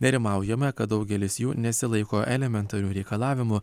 nerimaujama kad daugelis jų nesilaiko elementarių reikalavimų